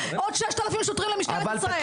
קיבלנו עוד 6,000 שוטרים למשטרת ישראל.